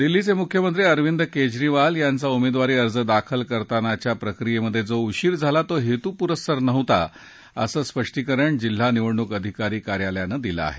दिल्लीचे मुख्यमंत्री अरविंद केजरीवाल यांचा उमेदवारी अर्ज दाखल करतानाच्या प्रक्रियेत जो उशिर झाला तो हेतुपुरस्सर नव्हता असं स्पष्टीकरण जिल्हा निवडणूक अधिकारी कार्यालयानं दिलं आहे